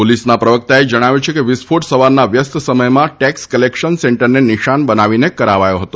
પોલીસના પ્રવક્તાએ જણાવ્યું છે કે વિસ્ફોટ સવારનાં વ્યસ્ત સમયમાં ટેક્સ કલેક્શન સેન્ટરને નિશાન બનાવીને કરાવાયો હતો